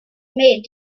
made